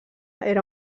era